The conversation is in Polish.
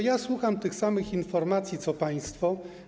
Ja słucham tych samych informacji co państwo.